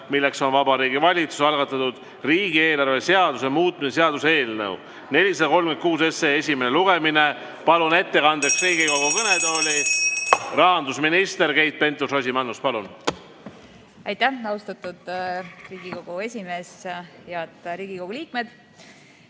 juurde. Vabariigi Valitsuse algatatud riigieelarve seaduse muutmise seaduse eelnõu 436 esimene lugemine. Palun ettekandeks Riigikogu kõnetooli rahandusminister Keit Pentus-Rosimannuse. Palun! Aitäh, austatud Riigikogu esimees! Head Riigikogu liikmed!